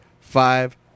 five